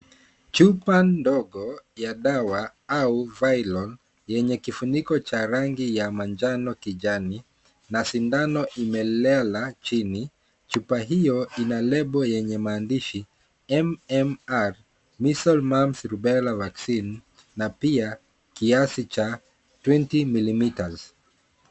Chupa ndogo ya dawa au Vilon, yenye kifuniko cha rangi ya manjano na kijani na sindanoimelala chini. aaChupa hiyo ina lebo yenye maandishi M-M-R, Measles, mumps, Rubella vaccine na pia kiasi cha 20mm.